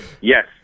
Yes